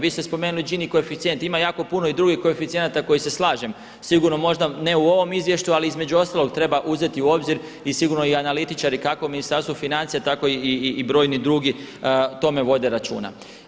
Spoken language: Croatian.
Vi ste spomenuli Ginijev koeficijent, ima jako puno i drugih koeficijenata s kojima se slažem, sigurno možda ne u ovom izvješću ali između ostaloga treba uzeti u obzir i sigurno i analitičari, kako Ministarstvo financija tako i brojni drugi o tome vode računa.